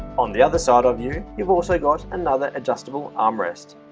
on the other side of you you've also got another adjustable armrest